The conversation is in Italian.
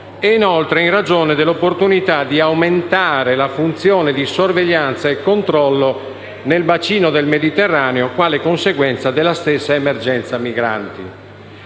inoltre in ragione dell'opportunità di aumentare la funzione di sorveglianza e controllo nel bacino del Mediterraneo quale conseguenza della stessa emergenza migranti.